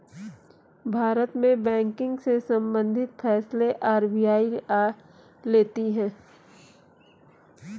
भारत में बैंकिंग से सम्बंधित फैसले आर.बी.आई लेती है